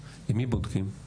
עם מי צריך לבדוק את זה?